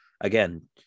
Again